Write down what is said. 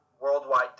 Worldwide